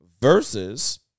Versus